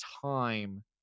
time